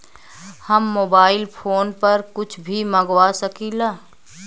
हम mobile phone पर कुछ भी मंगवा सकिला?